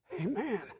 Amen